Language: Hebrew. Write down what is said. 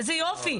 איזה יופי.